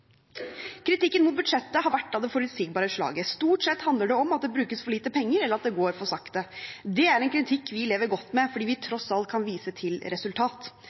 Kritikken mot budsjettet har vært av det forutsigbare slaget. Stort sett handler det om at det brukes for lite penger, eller at det går for sakte. Det er en kritikk vi lever godt med fordi vi tross alt kan vise til